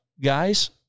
guys